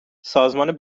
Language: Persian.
سازمان